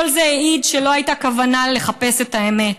כל זה העיד שלא הייתה כוונה לחפש את האמת,